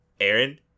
Aaron